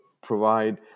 provide